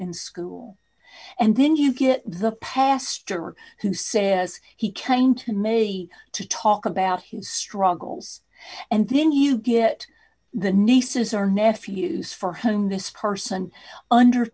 in school and then you get the pastor who says he can to make a to talk about his struggles and then you get the nieces or nephews for hung this person